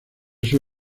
sus